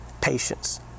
patience